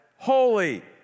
Holy